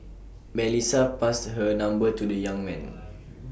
Melissa passed her number to the young man